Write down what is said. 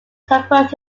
convert